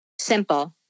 simple